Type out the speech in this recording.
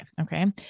Okay